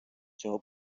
цього